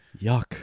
Yuck